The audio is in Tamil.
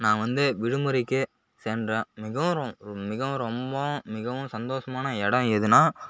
நான் வந்து விடுமுறைக்கே சென்றேன் மிகவும் ரும் மிகவும் ரொம்பவும் மிகவும் சந்தோஷமான இடம் எதுனா